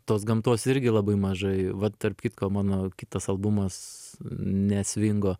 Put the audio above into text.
tos gamtos irgi labai mažai va tarp kitko mano kitas albumas ne svingo